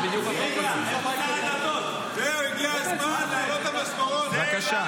אנחנו נעבור לנושא הבא על סדר-היום: הצעת